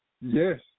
Yes